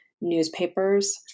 newspapers